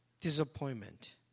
disappointment